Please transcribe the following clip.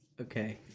Okay